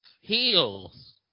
Heels